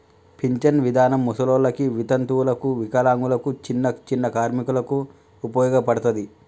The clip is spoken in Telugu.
పింఛన్ విధానం ముసలోళ్ళకి వితంతువులకు వికలాంగులకు చిన్ని చిన్ని కార్మికులకు ఉపయోగపడతది